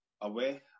away